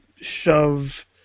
shove